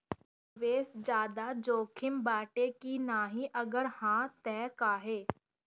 निवेस ज्यादा जोकिम बाटे कि नाहीं अगर हा तह काहे?